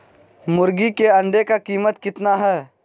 मुर्गी के अंडे का कीमत कितना है?